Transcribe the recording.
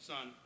Son